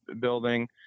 building